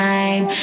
time